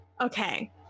Okay